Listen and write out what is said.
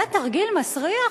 זה תרגיל מסריח?